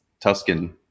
Tuscan